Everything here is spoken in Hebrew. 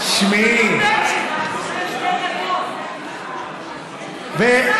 צריך מצ'ינג 25%. ממש לא.